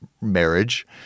marriage